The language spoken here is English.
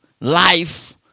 life